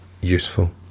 useful